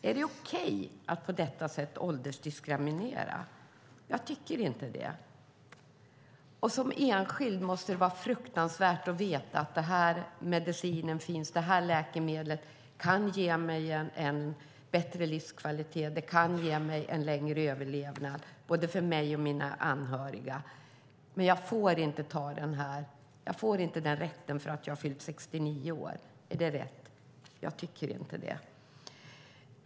Är det okej att på detta sätt åldersdiskriminera? Jag tycker inte det. Och för den enskilde måste det vara fruktansvärt att veta: Den här medicinen finns. Det här läkemedlet kan ge mig en bättre livskvalitet. Det kan ge mig en längre överlevnad. Det är bra för både mig och mina anhöriga. Men jag får inte ta det här. Jag får inte den rätten, för jag har fyllt 69 år. Är det rätt? Jag tycker inte det.